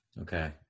Okay